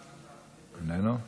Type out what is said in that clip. איננו.